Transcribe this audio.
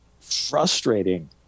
frustrating